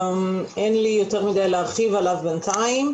אין לי יותר מדי להרחיב עליו בינתיים.